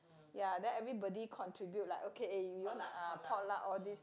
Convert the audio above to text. ya then everybody contribute like okay eh you want ah potluck all this